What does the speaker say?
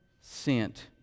sent